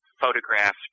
photographed